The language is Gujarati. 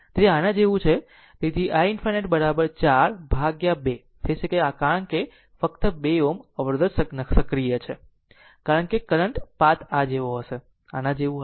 તેથી તેને આના જેવું બનાવો તેથી i ∞ 4 વિભાજિત 2 થઈ શકે કારણ કે ફક્ત 2 Ω અવરોધ જ સક્રિય છે કારણ કે કરંટ પાથ આ જેવો હશે તે આ જેવો હશે